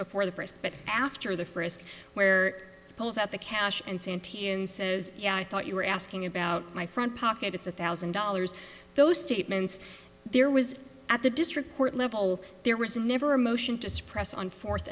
before the press but after the frisk where pulls out the cash and santi and says yeah i thought you were asking about my front pocket it's a thousand dollars those statements there was at the district court level there was never a motion to suppress on fourth